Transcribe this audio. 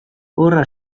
horra